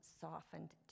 softened